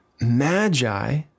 magi